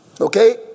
Okay